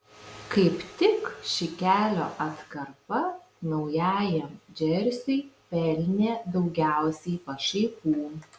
kaip tik ši kelio atkarpa naujajam džersiui pelnė daugiausiai pašaipų